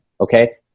okay